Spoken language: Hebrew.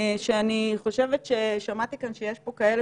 שאני חושבת ששמעתי כאן שיש פה כאלה